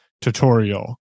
tutorial